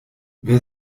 wer